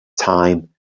time